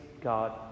God